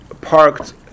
parked